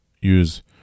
use